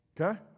okay